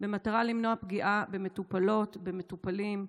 במטרה למנוע פגיעה במטופלות, במטופלים,